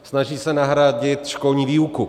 Snaží se nahradit školní výuku.